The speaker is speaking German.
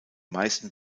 meisten